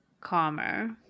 calmer